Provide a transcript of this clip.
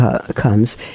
comes